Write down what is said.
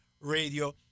radio